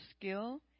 skill